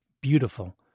beautiful